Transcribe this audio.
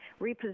reposition